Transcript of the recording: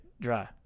dry